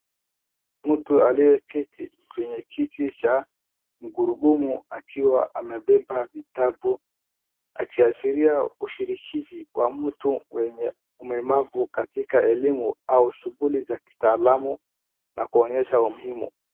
Mtu aliyeketi kwenye kiti cha gurudumu akiwa amebeba vitabu akiashiria ushirikishi wa mtu mwenye ulemavu katika elimu au shughuli za kitaalamu na kuonyesha umuhimu.